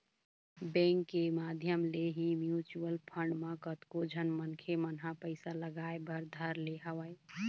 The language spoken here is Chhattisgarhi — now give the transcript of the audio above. बेंक के माधियम ले ही म्यूचुवल फंड म कतको झन मनखे मन ह पइसा लगाय बर धर ले हवय